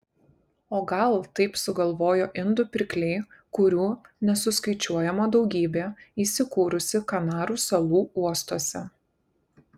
o gal taip sugalvojo indų pirkliai kurių nesuskaičiuojama daugybė įsikūrusi kanarų salų uostuose